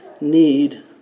need